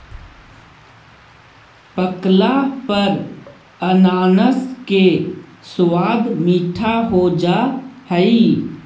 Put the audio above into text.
पकला पर अनानास के स्वाद मीठा हो जा हई